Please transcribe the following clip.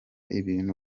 ibintu